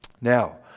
Now